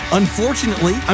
unfortunately